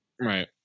Right